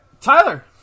Tyler